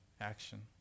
action